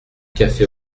café